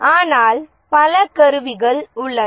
ஆனால் பல கருவிகள் உள்ளன